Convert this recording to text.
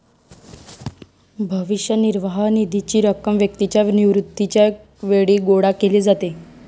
भविष्य निर्वाह निधीची रक्कम व्यक्तीच्या निवृत्तीच्या वेळी गोळा केली जाते